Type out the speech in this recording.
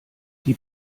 die